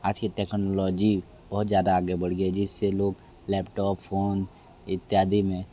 आज की टेकनोलॉजी बहुत ज़्यादा आगे बढ़ गई है जिस से लोग लैपटॉप फ़ोन इत्यादि में